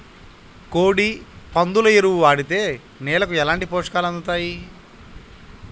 కోడి, పందుల ఎరువు వాడితే నేలకు ఎలాంటి పోషకాలు అందుతాయి